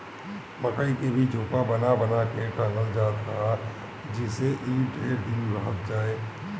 मकई के भी झोपा बना बना के टांगल जात ह जेसे इ ढेर दिन ले रहत जाए